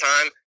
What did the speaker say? time